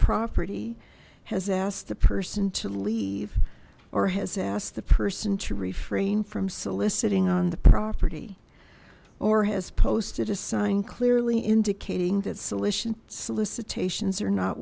property has asked the person to leave or has asked the person to refrain from soliciting on the property or has posted a sign clearly indicating that solution solicitations are not